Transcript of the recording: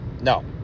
no